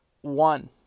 one